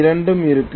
இரண்டும் இருக்கும்